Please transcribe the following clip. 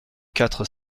quatre